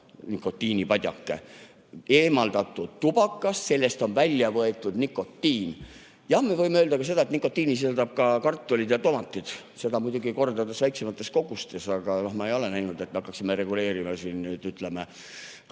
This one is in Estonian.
nikotiinipadjake, eemaldatud tubakas, sellest on välja võetud nikotiin. Jah, me võime öelda, et nikotiini sisaldavad ka kartulid ja tomatid, muidugi kordades väiksemates kogustes, aga ma ei ole näinud, et me hakkaksime reguleerima kartuli-